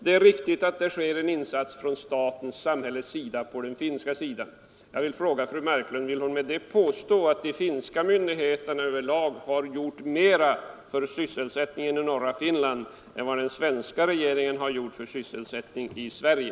Det är riktigt att det görs en insats från samhällets sida på den finska sidan, men jag vill fråga fru Marklund, om hon därför vill påstå att de finska myndigheterna över lag har gjort mera för sysselsättningen i norra Finland än vad den svenska regeringen har gjort för sysselsättningen i Sverige.